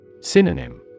Synonym